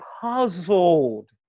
puzzled